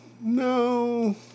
no